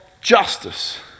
justice